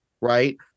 right